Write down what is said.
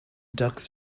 ducks